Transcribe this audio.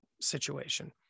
situation